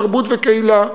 תרבות וקהילה,